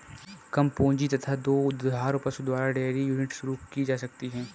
कम पूंजी तथा दो दुधारू पशु द्वारा डेयरी यूनिट शुरू की जा सकती है